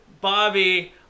Bobby